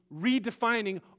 redefining